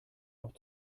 auch